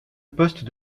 poste